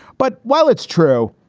but while it's true,